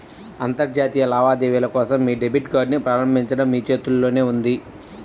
అంతర్జాతీయ లావాదేవీల కోసం మీ డెబిట్ కార్డ్ని ప్రారంభించడం మీ చేతుల్లోనే ఉంది